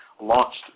launched